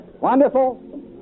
Wonderful